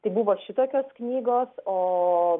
tai buvo šitokios knygos o